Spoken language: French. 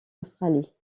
australie